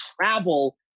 travel